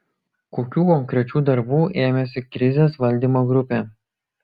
kokių konkrečių darbų ėmėsi krizės valdymo grupė